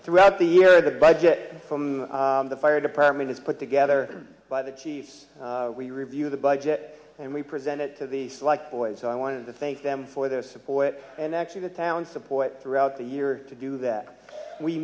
throughout the year the budget from the fire department is put together by the chiefs we review the budget and we present it to the slike boys i want to thank them for their support and actually the town support throughout the year to do that we